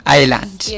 island